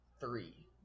three